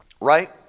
right